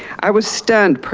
i was stunned.